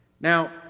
Now